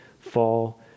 fall